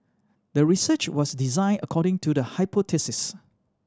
the research was designed according to the hypothesis